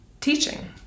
teaching